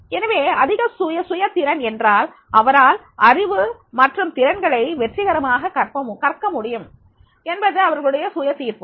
எனவே அதிக சுய திறன் என்றால் அவரால் அறிவு மற்றும் திறன்களை வெற்றிகரமாக கற்க முடியும் என்பது அவர்களுடைய சுய தீர்ப்பு